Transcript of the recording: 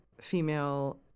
female